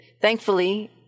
thankfully